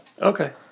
Okay